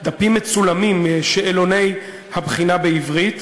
דפים מצולמים משאלוני הבחינה בעברית.